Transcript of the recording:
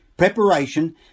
preparation